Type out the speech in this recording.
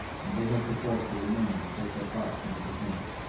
and they had perforce to remain and take their part in the defence.